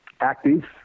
active